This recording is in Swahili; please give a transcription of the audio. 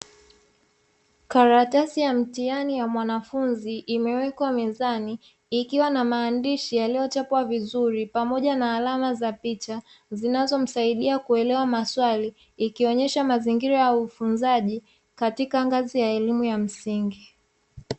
Kararatasi ya mtihani wa mwanafunzi imewekwa mezani ikiwa na maandishi yaliyochapwa vizuri pamoja na alama za picha, zinazomsaidia kuelewa maswali ikionyesha mazingira ya ufunzaji katika ngazi ya elimu ya msingi.